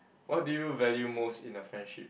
what do you value most in the friendship